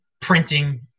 printing